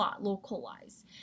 localize